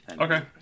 Okay